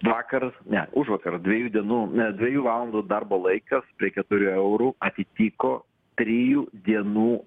vakaras ne užvakar dviejų dienų ne dviejų valandų darbo laikas prie keturių eurų atitiko trijų dienų